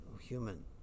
human